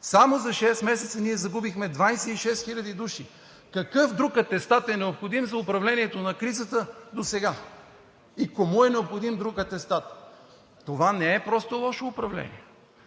Само за шест месеца ние загубихме 26 хиляди души! Какъв друг атестат е необходим за управлението на кризата досега, кому е необходим друг атестат? Това не е просто лошо управление,